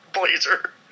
blazer